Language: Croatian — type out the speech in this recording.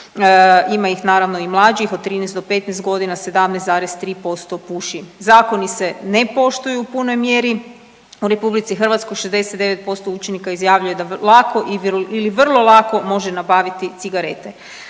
ima ih naravno i mlađih od 13 do 15 godina 17,3% puši. Zakoni se ne poštuju u punoj mjeri. U Republici Hrvatskoj 69% učenika izjavljuje da lako ili vrlo lako može nabaviti cigarete.